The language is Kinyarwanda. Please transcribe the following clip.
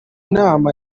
nama